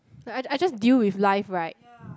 the I just I just deal with life right